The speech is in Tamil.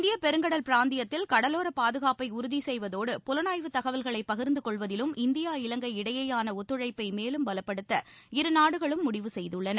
இந்தியப் பெருங்கடல் பிராந்தியத்தில் கடலோரப் பாதுகாப்பை உறுதி செய்வதோடு புலனாய்வுத் தகவல்களை பகிர்ந்து கொள்வதிலும் இந்தியா இலங்கை இடையேயான ஒத்துழைப்பை மேலும் பலப்படுத்த இருநாடுகளும் முடிவு செய்துள்ளன